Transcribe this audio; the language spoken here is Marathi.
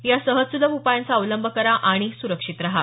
या सहज सुलभ उपायांचा अवलंब करा आणि सुरक्षित रहा